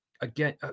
again